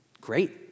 Great